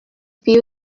few